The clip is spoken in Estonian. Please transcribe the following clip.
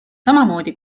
samamoodi